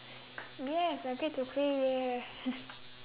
yes I get to play there